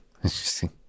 Interesting